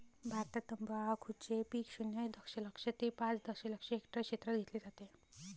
भारतात तंबाखूचे पीक शून्य दशलक्ष ते पाच दशलक्ष हेक्टर क्षेत्रात घेतले जाते